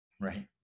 Right